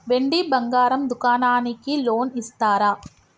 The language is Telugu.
వెండి బంగారం దుకాణానికి లోన్ ఇస్తారా?